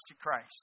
Christ